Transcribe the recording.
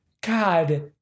God